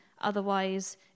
otherwise